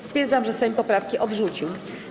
Stwierdzam, że Sejm poprawki odrzucił.